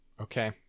Okay